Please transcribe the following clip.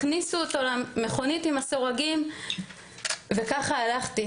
הכניסו אותו למכונית עם הסורגים וככה הלכתי.